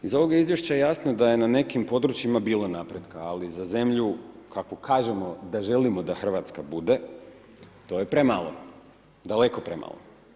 Iz ovog izvješća jasno je da je na nekim područjima bilo napretka, ali za zemlju kakvu kažemo da želimo da Hrvatska bude to je premalo, daleko premalo.